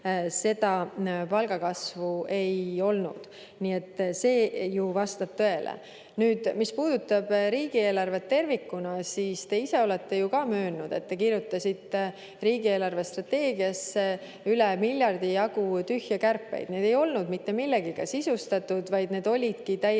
seda palgakasvu ei olnud. Nii et see vastab tõele. Nüüd, mis puudutab riigieelarvet tervikuna, siis te ise olete ju ka möönnud, et te kirjutasite riigi eelarvestrateegiasse üle miljardi jagu tühje kärpeid. Need ei olnud mitte millegagi sisustatud, vaid need olidki täiesti